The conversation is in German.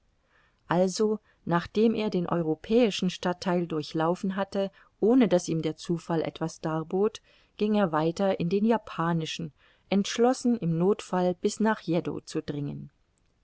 also nachdem er den europäischen stadttheil durchlaufen hatte ohne daß ihm der zufall etwas darbot ging er weiter in den japanischen entschlossen im nothfall bis nach yeddo zu dringen